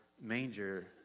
manger